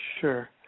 Sure